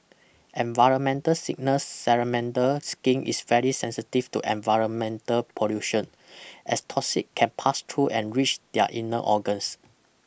environmental signals Salamander skin is very sensitive to environmental pollution as toxin can pass through and reach their inner organs